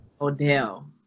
Odell